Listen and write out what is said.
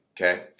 Okay